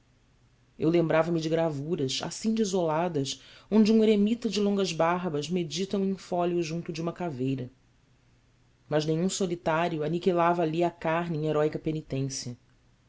eu lembrava-me de gravuras assim desoladas onde um eremita de longas barbas medita um in fólio junto de uma caveira mas nenhum solitário aniquilava ali a carne em heróica penitência